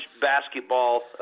basketball